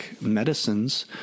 medicines